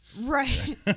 Right